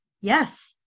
Yes